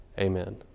Amen